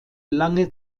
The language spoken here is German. lange